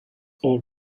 all